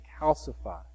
calcify